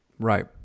right